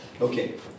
Okay